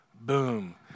boom